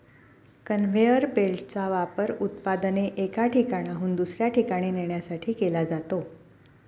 conveyor बेल्टचा वापर उत्पादने एका ठिकाणाहून दुसऱ्या ठिकाणी नेण्यासाठी केला जातो